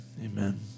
Amen